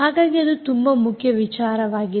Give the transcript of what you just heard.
ಹಾಗಾಗಿ ಅದು ತುಂಬಾ ಮುಖ್ಯ ವಿಚಾರವಾಗಿದೆ